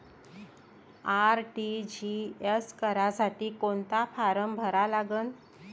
RTGS करासाठी कोंता form भरा लागन?